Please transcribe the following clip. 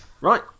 Right